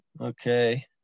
Okay